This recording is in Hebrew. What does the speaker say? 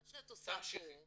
מה שאת עושה פה,